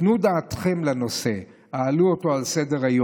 תנו דעתכם על הנושא, העלו אותו על סדר-היום.